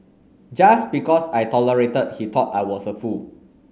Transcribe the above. just because I tolerated he thought I was a fool